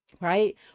Right